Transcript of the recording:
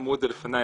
אמרו את זה לפניי,